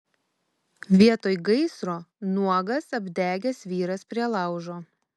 vietoj gaisro nuogas apdegęs vyras prie laužo